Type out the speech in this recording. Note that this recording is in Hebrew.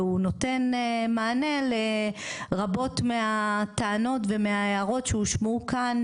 והוא נותן מענה לרבות מהטענות וההערות שהושמעו כאן,